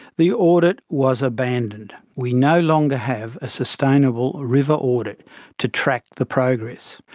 the audit was abandoned. we no longer have a sustainable river audit to track the progress.